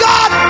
God